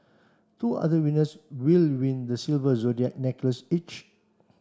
two other winners will win the silver zodiac necklace each